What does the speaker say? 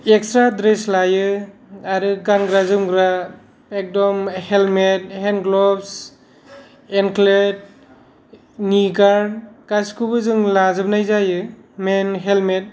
extra dress लायो आरो गानग्रा जोमग्रा एखदम हेलमेट हेन्डग्ल'ब्स एंख्लेथ नि गार्ड गासिखौबो जों लाजोबनाय जायो मेन हेलमेट